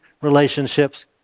relationships